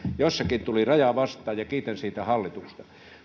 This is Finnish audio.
jossakin tuli raja vastaan ja kiitän siitä hallitusta